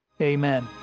amen